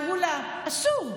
אמרו לה: אסור.